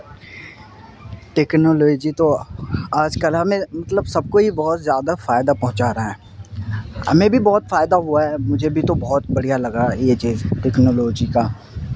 technology تو آج کل ہمیں مطلب سب کو ہی بہت زیادہ فائدہ پہنچا رہا ہے ہمیں بھی بہت فائدہ ہوا ہے مجھے بھی تو بہت بڑھیا لگا یہ چیز ٹیکنالوجی کا